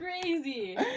crazy